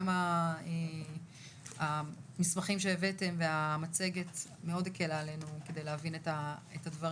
גם המסמכים שהבאתם והמצגת מאוד הקלה עלינו כדי להבין את הדברים.